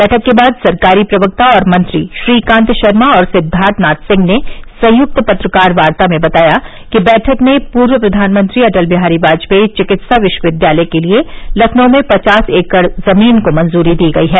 बैठक के बाद सरकारी प्रवक्ता और मंत्री श्रीकांत शर्मा और सिद्दार्थनाथ सिंह ने संयुक्त पत्रकार वार्ता में बताया कि बैठक में पूर्व प्रधानमंत्री अटल विहारी वाजपेई चिकित्सा विश्वविद्यालय के लिये लखनऊ में पचास एकड़ जमीन को मंजूरी दी गई है